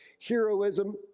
heroism